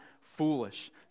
foolish